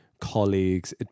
colleagues